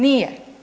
Nije.